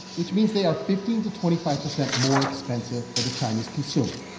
which means they are fifteen to twenty five percent more expensive for the chinese consumer,